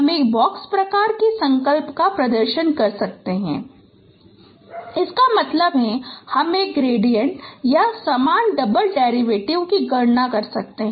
हम एक बॉक्स प्रकार के संकल्प प्रदर्शन कर सकते हैं इसका मतलब है हम एक ही ग्रेडिएंट या समान डबल डेरिवेटिव की गणना कर सकते हैं